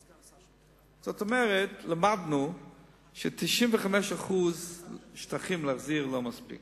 זאת אומרת, למדנו שלהחזיר 95% שטחים לא מספיק.